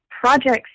projects